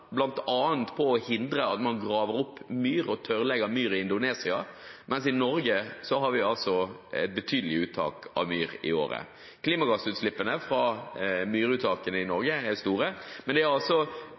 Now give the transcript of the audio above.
på bl.a. å hindre at man graver opp og tørrlegger myr i Indonesia, mens vi i Norge hvert år har betydelige uttak av myr. Klimagassutslippene fra myruttakene i